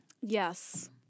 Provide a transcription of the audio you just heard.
Yes